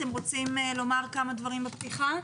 אתם רוצים לומר כמה דברים בפתיחה?